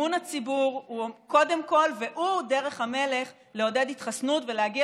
אמון הציבור הוא דרך המלך לעודד התחסנות ולהגיע